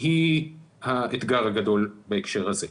היא האתגר הגדול בהקשר הזה.